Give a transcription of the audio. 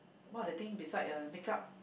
what other thing beside uh makeup